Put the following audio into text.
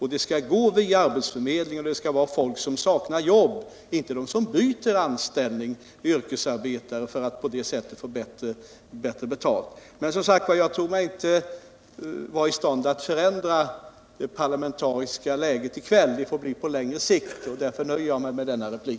Bidrag skall utgå via arbetsförmedlingen och vara till för folk som saknar jobb, inte för de yrkesarbetare som byter anställning för att på det sättet få bättre betalt. Men jag tror mig som sagt inte vara i stånd att förändra det parlamentariska läget i kväll. Det få bli på längre sikt. Därför nöjer jag mig med denna replik.